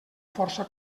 força